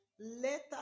Let